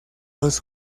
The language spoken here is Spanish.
los